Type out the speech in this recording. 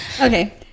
okay